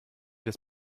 das